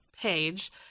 page